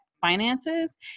finances